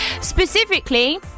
Specifically